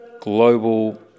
global